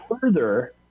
Further